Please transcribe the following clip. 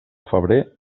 febrer